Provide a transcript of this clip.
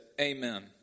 Amen